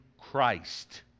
Christ